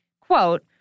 quote